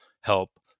help